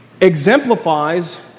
exemplifies